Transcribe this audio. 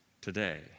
today